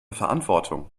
verantwortung